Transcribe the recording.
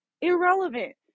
irrelevant